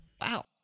Wow